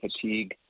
fatigue